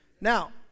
Now